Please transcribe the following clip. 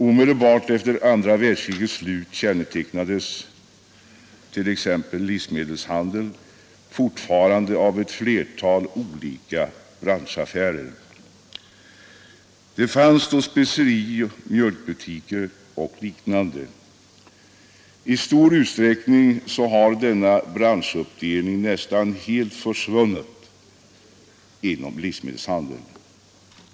Omedelbart efter andra världskrigets slut kännetecknades t.ex. livsmedelshandeln fortfarande av ett flertal olika branschaffärer. Det fanns då specerioch mjölkbutiker och liknande. I stor utsträckning har denna branschindelning nästan helt försvunnit inom livsmedelshandeln.